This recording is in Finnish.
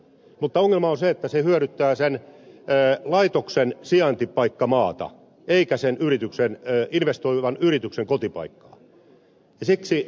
mutta ongelma on se että se hyödyttää sen laitoksen sijaintimaata eikä sen investoivan yrityksen kotipaikkaa